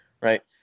right